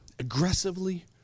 aggressively